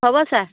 হ'ব ছাৰ